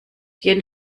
jeden